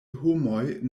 homoj